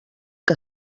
que